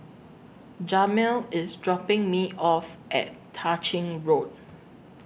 Jamil IS dropping Me off At Tah Ching Road